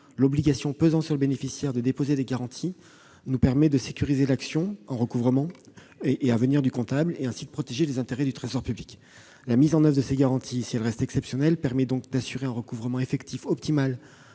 l'obligation pesant sur le bénéficiaire de déposer des garanties nous permet de sécuriser l'action en recouvrement à venir du comptable et ainsi de protéger les intérêts du Trésor public. La mise en oeuvre de ces garanties, si elle reste exceptionnelle, permet donc d'assurer un recouvrement effectif optimal